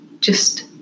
just-